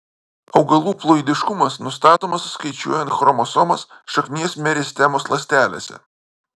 augalų ploidiškumas nustatomas skaičiuojant chromosomas šaknies meristemos ląstelėse